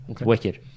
Wicked